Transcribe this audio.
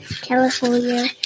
California